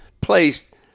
placed